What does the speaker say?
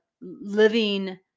living